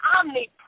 omnipotent